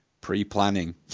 pre-planning